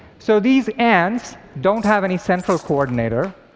so these ants don't have any central coordinator.